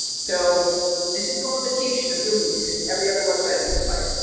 so this is the limitation of real geeks and every other website of this type